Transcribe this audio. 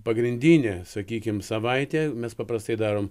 pagrindinė sakykim savaitė mes paprastai darom